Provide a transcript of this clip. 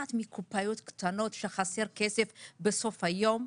לקחת מקופאיות קטנות כשחסר כסף בסוף היום?